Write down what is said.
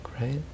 right